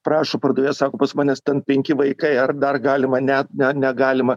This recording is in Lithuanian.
prašo pardavėjas sako pas manęs ten penki vaikai ar dar galima ne ne negalima